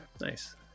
nice